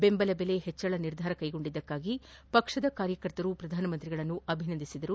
ಬೆಂಬಲ ಬೆಲೆ ಹೆಚ್ಚಳ ನಿರ್ಧಾರ ಕೈಗೊಂಡಿದ್ದಕ್ಕಾಗಿ ಪಕ್ಷದ ಕಾರ್ಯಕರ್ತರು ಪ್ರಧಾನಿಯವರನ್ನು ಅಭಿನಂದಿಸಿದರು